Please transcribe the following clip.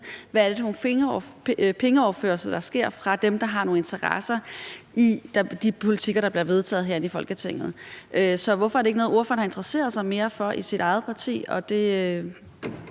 hvad det er for nogle pengeoverførsler, der sker fra dem, der har nogle interesser i de politikker, der bliver vedtaget herinde i Folketinget. Så hvorfor er det ikke noget, ordføreren har interesseret sig mere for i sit eget parti?